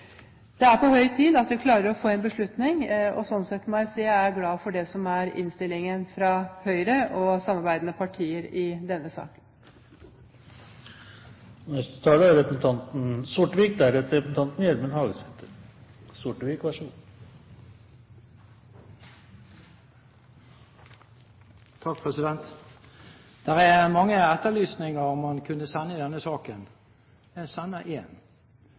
er på høy tid vi klarer å få en beslutning. Slik sett må jeg si at jeg er glad for det som er innstillingen fra Høyre og samarbeidende partier i denne saken. Det er